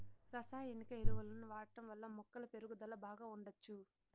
రసాయనిక ఎరువులను వాడటం వల్ల మొక్కల పెరుగుదల బాగా ఉండచ్చు